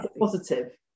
positive